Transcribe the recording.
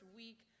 week